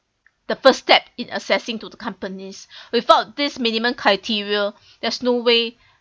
the first step in accessing to companies without this minimum criteria there's no way